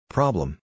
Problem